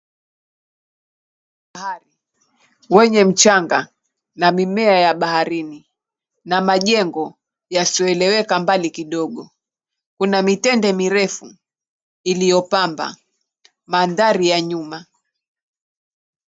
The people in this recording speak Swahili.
Bahari wenye mchanga na mimea ya baharini, na majengo yasiyoeleweka mbali kidogo. Kuna mitende mirefu iliyo pamba mandhari ya nyuma.